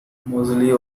moseley